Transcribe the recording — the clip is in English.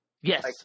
Yes